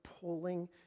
pulling